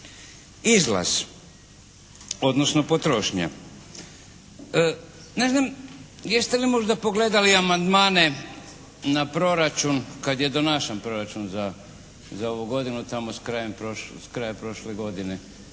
Izlaz odnosno potrošnja. Ne znam jeste li možda pogledali amandmane na proračun, kad je donašan proračun za ovu godinu tamo s kraja prošle godine.